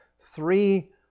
three